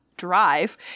Drive